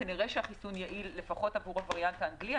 כנראה שהחיסון יעיל, לפחות עבור הווריאנט האנגלי.